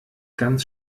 ganz